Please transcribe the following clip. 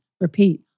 repeat